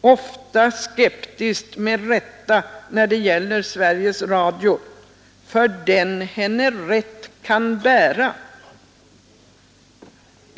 ofta skeptiskt med rätta när det gäller Sveriges Radio — ”för den henne rätt kan bära”.